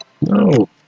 No